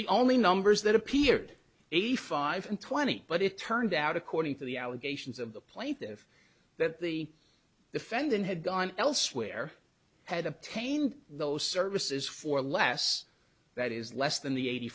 the only numbers that appeared eighty five and twenty but it turned out according to the allegations of the plaintive that the defendant had gone elsewhere had obtained those services for less that is less than the eighty